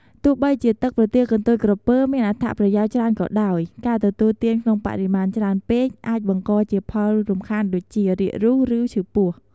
ទោះបីជាទឹកប្រទាលកន្ទុយក្រពើមានអត្ថប្រយោជន៍ច្រើនក៏ដោយ ការទទួលទានក្នុងបរិមាណច្រើនពេកអាចបង្កជាផលរំខានដូចជា រាករូស ឬឈឺពោះ។